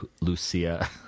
Lucia